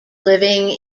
living